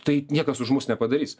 tai niekas už mus nepadarys